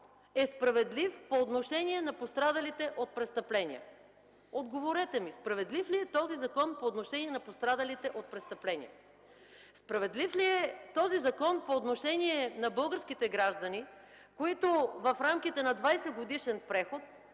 е справедлив по отношение на пострадалите от престъпления? Отговорете ми: справедлив ли е този закон по отношение на пострадалите от престъпления?! Справедлив ли е този закон по отношение на българските граждани, които в рамките на 20-годишен преход